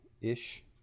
ish